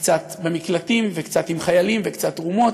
וקצת במקלטים, וקצת עם חיילים, וקצת תרומות,